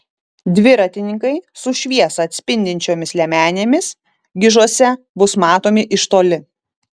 dviratininkai su šviesą atspindinčiomis liemenėmis gižuose bus matomi iš toli